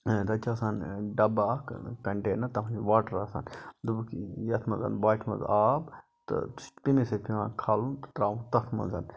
تَتہِ چھُ آسان ڈَبہٕ اکھ کَنٹینَر تتھ مَنٛز چھُ واٹَر آسان دوٚپُکھ یتھ مَنٛز ان باٹہِ مَنٛز آب تہٕ سُہ چھُ تمے سۭتۍ پیٚوان کھالُن تہٕ تراوُن تتھ مَنٛز